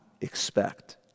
expect